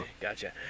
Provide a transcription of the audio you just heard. gotcha